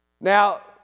Now